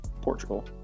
Portugal